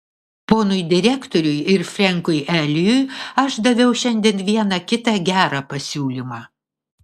ponui direktoriui ir frenkui eliui aš daviau šiandien vieną kitą gerą pasiūlymą